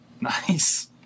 Nice